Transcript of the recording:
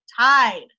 Tide